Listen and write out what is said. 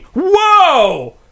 Whoa